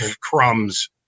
crumbs